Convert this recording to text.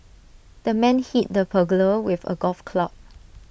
the man hit the burglar with A golf club